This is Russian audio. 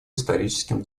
историческим